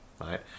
right